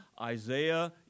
Isaiah